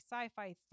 sci-fi